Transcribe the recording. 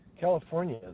California